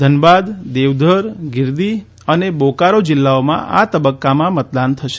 ધનબાદ દેવધર ગીરીદીહ અને બોકારો જીલ્લાઓમાં આ તબકકામાં મતદાન થશે